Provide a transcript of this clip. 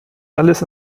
alles